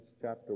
chapter